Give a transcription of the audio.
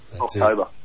October